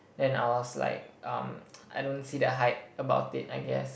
and I was like um I don't see the hype about it I guess